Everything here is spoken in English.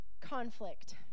Conflict